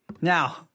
Now